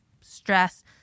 stress